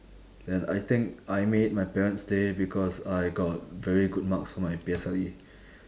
then I think I made my parent's day because I got very good marks for my P_S_L_E